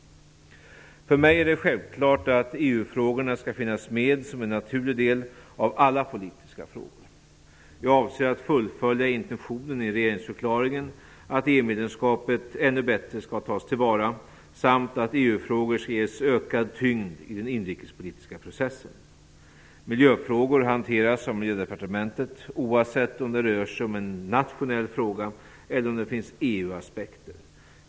För mig är det självklart att EU-frågorna skall finnas med som en naturlig del av alla politiska frågor. Jag avser att fullfölja intentionen i regeringsförklaringen att EU-medlemskapet ännu bättre skall tas till vara samt att EU-frågor skall ges ökad tyngd i den inrikespolitiska processen. Miljöfrågor hanteras av Miljödepartementet, oavsett om det rör sig om en nationell fråga eller om det finns EU-aspekter.